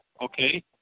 Okay